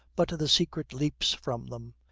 but the secret leaps from them.